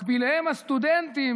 מקביליהם הסטודנטים,